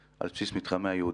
לגיטימי,